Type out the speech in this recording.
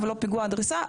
ולא פיגוע דריסה.